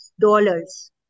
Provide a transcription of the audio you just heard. Dollars